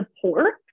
support